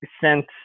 sent